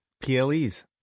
PLEs